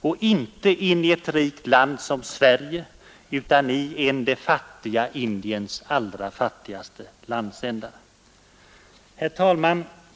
Och inte in i ett rikt land som Sverige utan i en av det fattiga Indiens allra fattigaste landsändar.